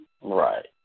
Right